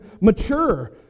mature